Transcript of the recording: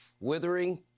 withering